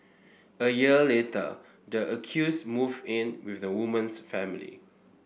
a year later the accused moved in with the woman's family